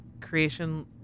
Creation